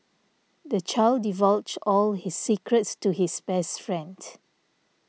the child divulged all his secrets to his best friend